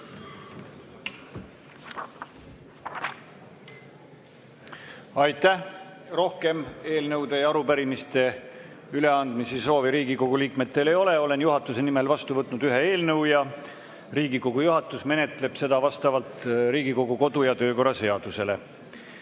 Aitäh! Rohkem eelnõude ja arupärimiste üleandmise soovi Riigikogu liikmetel ei ole. Olen juhatuse nimel vastu võtnud ühe eelnõu ning Riigikogu juhatus menetleb seda vastavalt Riigikogu kodu‑ ja töökorra seadusele.